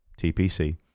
TPC